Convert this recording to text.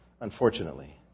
unfortunately